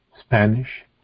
Spanish